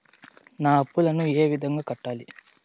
నా అప్పులను ఏ విధంగా కట్టాలి?